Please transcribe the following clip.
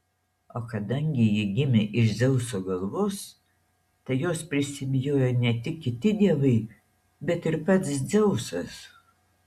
o kadangi ji gimė iš dzeuso galvos tai jos prisibijojo ne tik kiti dievai bet ir pats dzeusas